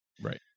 right